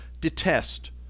detest